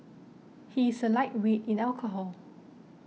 he is a lightweight in alcohol